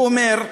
הוא אמר: